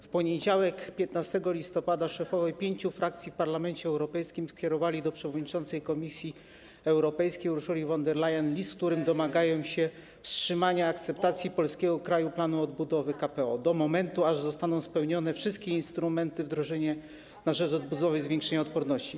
W poniedziałek 15 listopada szefowie pięciu frakcji w Parlamencie Europejskim skierowali do przewodniczącej Komisji Europejskiej Ursuli von der Leyen list, w którym domagają się wstrzymania akceptacji polskiego Krajowego Planu Odbudowy, KPO, do momentu, aż zostaną spełnione wszystkie instrumenty wdrożeniowe na rzecz odbudowy i zwiększenia odporności.